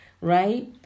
Right